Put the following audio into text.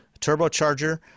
Turbocharger